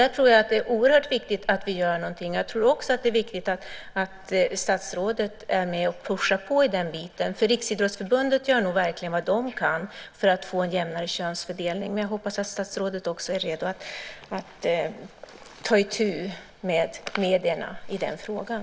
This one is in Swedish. Jag tror att det är oerhört viktigt att vi gör någonting där. Jag tror också att det är viktigt att statsrådet är med och "pushar" på. Riksidrottsförbundet gör nog vad det kan för att få en jämnare könsfördelning. Jag hoppas att statsrådet också är redo att ta itu med medierna i den frågan.